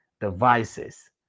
devices